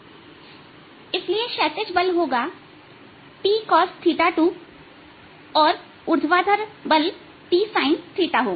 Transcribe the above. इसलिए क्षैतिज बल होगा t cosθ2 और ऊर्ध्वाधर बल t sinθ होगा